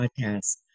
podcast